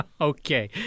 Okay